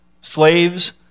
slaves